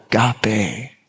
agape